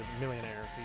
millionaire